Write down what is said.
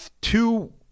two